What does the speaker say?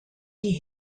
die